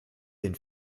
den